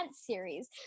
series